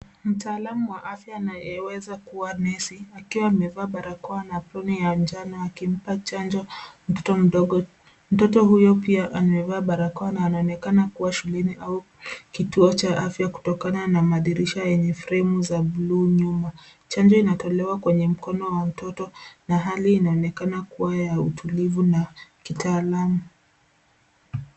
Mtaalamu wa afya anaweza kuwa nesi akiwa amevaa barakoa na aproni ya njano akimpa chanjo mtoto mdogo. Mtoto huyo pia amevaa barakoa na anaonakana kuwa shuleni au kituo cha afya kutokana na madirisha yenye fremu za bluu nyuma. Chanjo inatolewa kwenye mkono wa mtoto na hali inaonekana kuwa ya utulivu na kitaalamu.